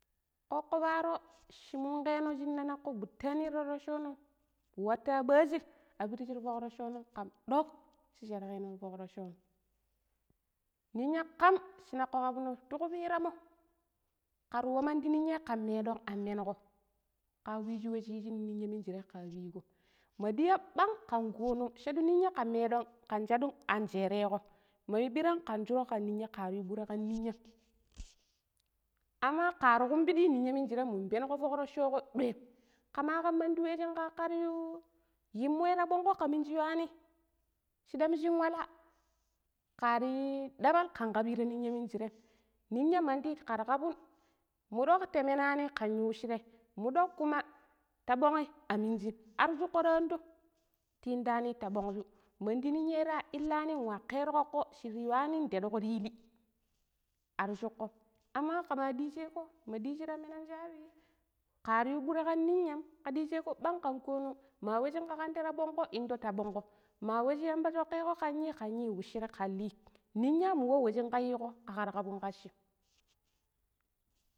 ﻿kokko paro shee mungeno shina nakko gutani ta rocoo no wataa ɓaji a pirji ra fukrocoo nom kam duk shee chergeno to fukrocoo no ninya kam shee nako kabno ti kupiranmo kar wa mandi ninya kan medon an meni go ka wejji wa shi yi shee nin ninya mig̱irem kaa pee go ma ɗia ɓang. kan ko nong shaɗu ninya kan medon kan shadun anjrego ma yu ɓirran kan shuro kan ninya kar yu ɓuran kan ninyam amma kar kumapidim ninya minjirem munu penigo fukrocoo go ɗuaim kamagam mandi wai shin kakka yu yumo ra ɓongo ka minji yuani shidam shin walla karri dabal kan kaɓi ta ninyan mingirem. ninya mandi kar kaɓun muduk ta menani kan yu washiremuɗuk kuma ta ɓongi a mingim ar shokko ta andom ta idani ta ɓong shu mandi ninya ra illani wa kero kokko shir yuwani tedgo ti illi ar shukkom amma kama ɗiije go ma ɗiiji ramina shabi kar yu ɓure kan ninyam ka ɗiija go ɓang kan konong ma wa shinga kan ɗei ra ɓongo indo ta ɓongo ma wa shi yamba shokke go ka yi kan yi washire kan lee ninya mu wa wai shinga yigo kagar kabun kashim.